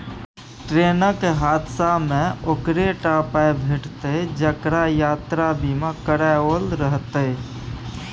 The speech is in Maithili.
ट्रेनक हादसामे ओकरे टा पाय भेटितै जेकरा यात्रा बीमा कराओल रहितै